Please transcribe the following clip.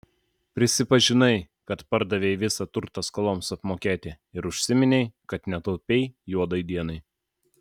prisipažinai kad pardavei visą turtą skoloms apmokėti ir užsiminei kad netaupei juodai dienai